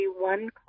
one